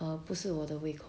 eh 不是我的胃口